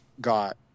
got